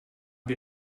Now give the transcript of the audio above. wir